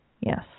Yes